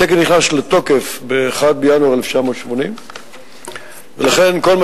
התקן נכנס לתוקף ב-1 בינואר 1980. לכן כל מה